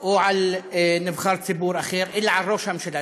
או על נבחר ציבור אחר אלא על ראש הממשלה.